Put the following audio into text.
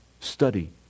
study